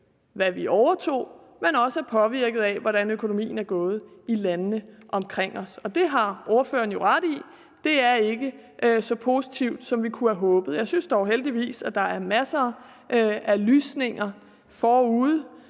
hvad vi overtog, men også er påvirket af, hvordan økonomien har det i landene omkring os. Og ordføreren har jo ret i, at det ikke er så positivt, som vi kunne have håbet. Jeg synes dog heldigvis, at der er masser af tegn på lysning forud.